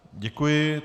Děkuji.